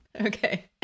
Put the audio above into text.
Okay